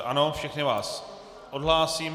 Ano, všechny vás odhlásím.